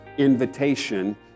invitation